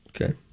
Okay